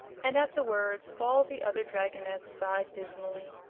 and at the words all the other dragonettes sighed dismally.